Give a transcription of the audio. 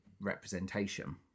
representation